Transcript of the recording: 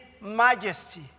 majesty